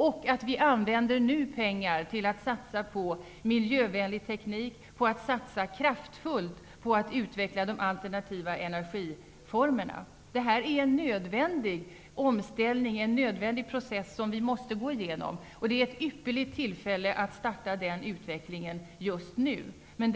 Vi bör nu använda pengar till att satsa på miljövänlig teknik och till att satsa kraftfullt på att utveckla de alternativa energiformerna. Det är en nödvändig process, som vi måste gå igenom. Det är ett ypperligt tillfälle att starta den utvecklingen just nu. Men